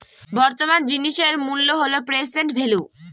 বর্তমান জিনিসের মূল্য হল প্রেসেন্ট ভেল্যু